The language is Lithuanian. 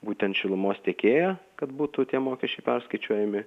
būtent šilumos tiekėją kad būtų tie mokesčiai perskaičiuojami